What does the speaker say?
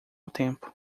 tempo